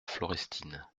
florestine